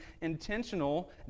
intentional